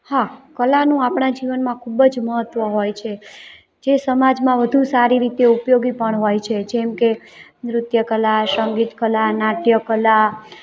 હા કલાનું આપણા જીવનમાં ખૂબ જ મહત્ત્વ હોય છે જે સમાજમાં વધુ સારી રીતે ઉપયોગી પણ હોય છે જેમ કે નૃત્યકલા સંગીતકલા નાટ્યકલા